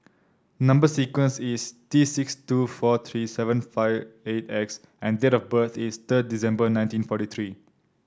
number sequence is T six two four three seven five eight X and date of birth is third December nineteen forty three